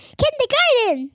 kindergarten